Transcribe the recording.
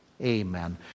Amen